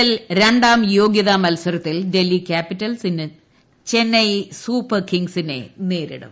L രണ്ടാം യോഗ്യത മത്സരത്തിൽ ഡൽഹി ക്യാപിറ്റൽസ് ഇന്ന് ചെന്നൈ സൂപ്പർ കിംഗ്സിനെ നേരിടും